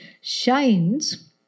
shines